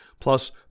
plus